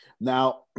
Now